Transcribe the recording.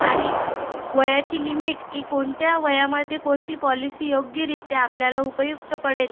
आणि वयाची लिमिट की कोणत्या वयामध्ये कोणती पॉलिसी योग्यरीत्या आपल्याला उपयुक्त पडेल